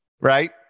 right